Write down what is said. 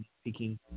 speaking